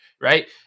right